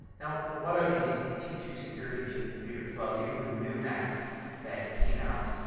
now what are these t two security chip computers. well, these are the new macs that came out.